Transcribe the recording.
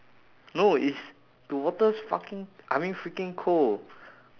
no it's the water's fucking I mean freaking cold